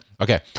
Okay